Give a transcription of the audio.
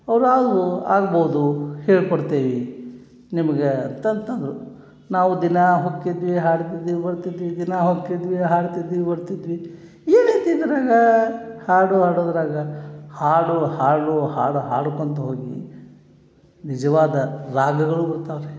ಅವ್ರು ಆಗ್ಬೋ ಆಗ್ಬೋದು ಹೇಳ್ಕೊಡ್ತೇವಿ ನಿಮಗೆ ಅಂತಂತ ಅಂದರು ನಾವು ದಿನ ಹೊಕ್ಕಿದ್ವಿ ಹಾಡ್ತಿದ್ವಿ ಬರ್ತಿದ್ವಿ ದಿನ ಹೊಕ್ಕಿದ್ವಿ ಹಾಡ್ತಿದ್ವಿ ಬರ್ತಿದ್ವಿ ಏನೈತಿ ಇದ್ರಾಗ ಹಾಡು ಹಾಡುದ್ರಾಗ ಹಾಡು ಹಾಡು ಹಾಡು ಹಾಡ್ಕೊತಾ ಹೋಗಿ ನಿಜವಾದ ರಾಗಗಳು ಬರ್ತಾವ ರೀ